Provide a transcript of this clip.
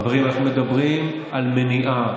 חברים, אנחנו מדברים על מניעה.